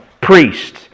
priest